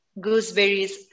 gooseberries